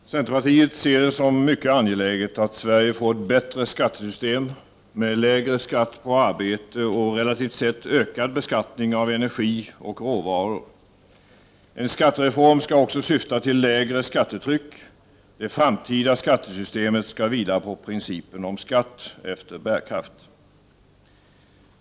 Fru talman! Vi i centerpartiet anser det vara mycket angeläget att Sverige får ett bättre skattesystem med lägre skatt på arbete och med en relativt sett ökad beskattning på energi och råvaror. En skattereform skall också syfta till ett lägre skattetryck. Det framtida skattesystemet skall vila på principen om skatt efter bärkraft.